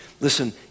Listen